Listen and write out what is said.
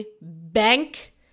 bank